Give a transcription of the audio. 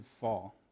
fall